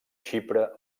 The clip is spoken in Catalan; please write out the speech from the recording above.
xipre